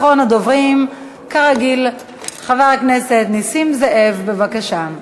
אחרון הדוברים, כרגיל, חבר הכנסת נסים זאב, בבקשה.